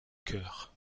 cœur